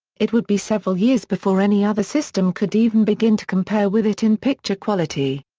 it would be several years before any other system could even begin to compare with it in picture quality.